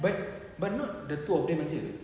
but but not the two of them aje